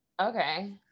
okay